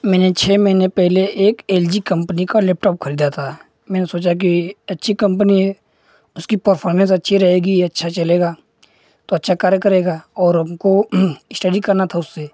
मैंने छह महीने पहले एक एल जी कम्पनी का लैपटॉप खरीदा था मैंने सोचा कि अच्छी कम्पनी है उसकी परफॉर्मेन्स अच्छी रहेगी अच्छा चलेगा तो अच्छा कार्य करेगा और हमको स्टडी करनी थी उससे